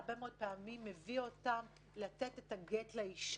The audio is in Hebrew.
זה הרבה מאוד פעמים מביא אותם להביא את הגט לאישה.